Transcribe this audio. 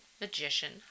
Magician